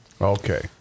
Okay